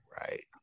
right